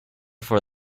for